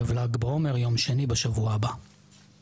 היום יום רביעי, ה-3 במאי, י"ב באייר התשפ"ג.